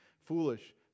foolish